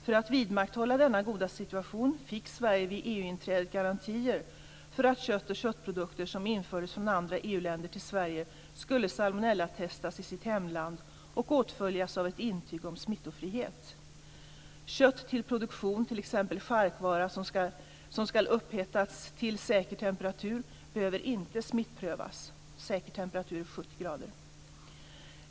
För att vidmakthålla denna goda situation fick Sverige vid EU-inträdet garantier för att kött och köttprodukter som infördes från andra EU-länder till Sverige skulle salmonellatestas i sitt hemland och åtföljas av ett intyg om smittfrihet. Kött till produktion, t.ex. charkvara, som ska upphettas till säker temperatur behöver inte smittprövas. Säker temperatur är 70 grader.